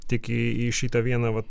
tik į į šitą vieną vat